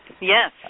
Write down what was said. Yes